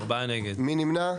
מי נמנע?